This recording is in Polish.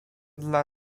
dla